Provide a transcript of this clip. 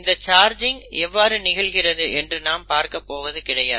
இந்த சார்ஜிங் எவ்வாறு நிகழ்கிறது என்று நாம் பார்க்கப் போவது கிடையாது